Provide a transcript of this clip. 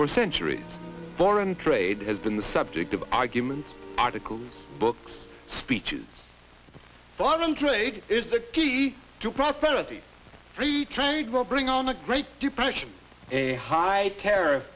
for centuries foreign trade has been the subject of argument articles books speeches foreign trade is the key to prosperity free trade will bring on the great depression and high tar